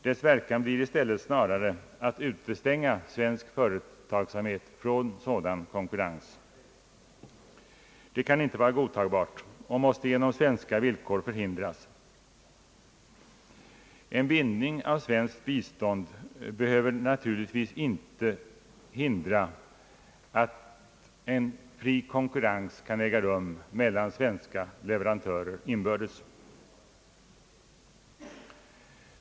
Dess verkan blir i stället snarare att utestänga svensk företagsamhet från sådan konkurrens, Det kan inte vara godtagbart utan måste genom svenska villkor förhindras. En bindning av svenskt bistånd till svenska leveranser behöver dock inte hindra en fri konkurrens mellan svenska leverantörer inbördes.